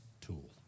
tool